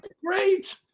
Great